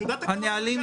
שונה תקנון הממשלה,